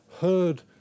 heard